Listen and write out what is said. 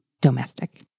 domestic